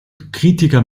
kritiker